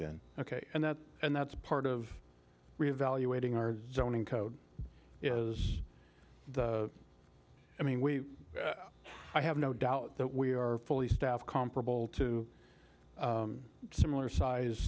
then ok and that and that's part of reevaluating our zoning code is i mean we have no doubt that we are fully staffed comparable to similar size